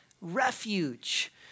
refuge